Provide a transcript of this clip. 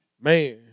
man